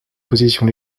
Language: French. position